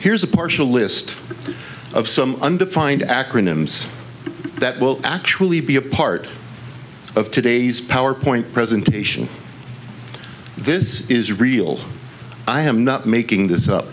here's a partial list of some undefined acronyms that will actually be a part of today's powerpoint presentation this is real i am not making this up